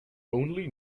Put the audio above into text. only